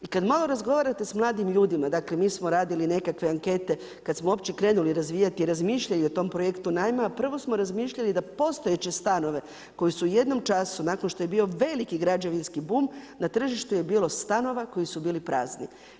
I kada malo razgovarate s mladim ljudima, mi smo radili nekakve ankete kada smo uopće krenuli razvijati i razmišljali o tom projektu najma, a prvo smo razmišljali da postojeće stanove koji su u jednom času nakon što je bio veliki građevinski bum na tržištu je bilo stanova koji su bili prazni.